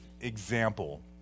example